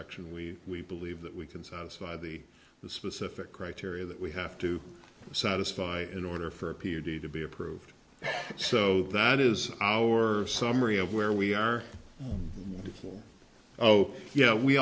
section we we believe that we can satisfy the specific criteria that we have to satisfy in order for a p u g to be approved so that is our summary of where we are will oh yeah we